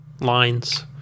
lines